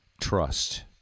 trust